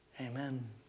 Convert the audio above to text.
Amen